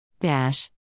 Dash